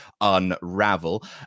unravel